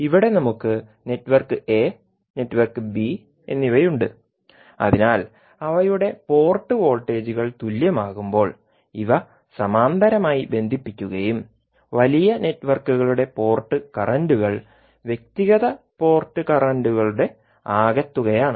ഇവിടെ നമുക്ക് network A network B എന്നിവയുണ്ട് അതിനാൽ അവയുടെ പോർട്ട് വോൾട്ടേജുകൾ തുല്യമാകുമ്പോൾ ഇവ സമാന്തരമായി ബന്ധിപ്പിക്കുകയും വലിയ നെറ്റ്വർക്കുകളുടെ പോർട്ട് കറന്റുകൾ വ്യക്തിഗത പോർട്ട് കറന്റുകളുടെ ആകെത്തുകയാണ്